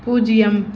பூஜ்யம்